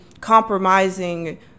compromising